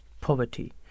poverty